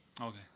okay